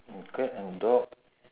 cat and dog